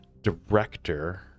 director